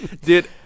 Dude